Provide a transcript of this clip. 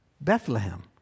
Bethlehem